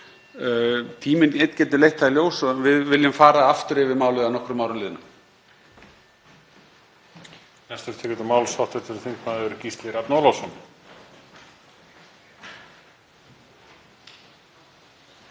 Tíminn einn getur leitt það í ljós og við viljum fara aftur yfir málið að nokkrum árum liðnum.